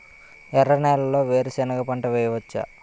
ఎర్ర నేలలో వేరుసెనగ పంట వెయ్యవచ్చా?